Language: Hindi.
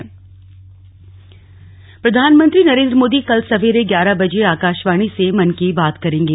मन की बात प्रधानमंत्री नरेन्द्र मोदी कल सवेरे ग्यारह बजे आकाशवाणी से मन की बात करेंगे